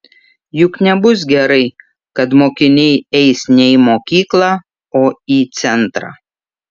juk nebus gerai kad mokiniai eis ne į mokyklą o į centrą